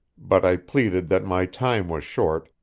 but i pleaded that my time was short,